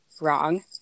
wrong